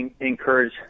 encourage